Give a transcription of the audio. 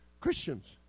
Christians